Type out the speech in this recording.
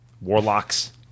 Warlocks